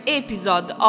episode